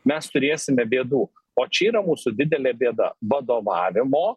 mes turėsime bėdų o čia yra mūsų didelė bėda vadovavimo